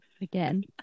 Again